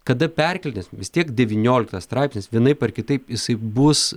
kada perkeldinės vis tiek devynioliktas straipsnis vienaip ar kitaip jisai bus